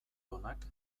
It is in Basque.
onak